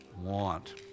want